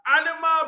animal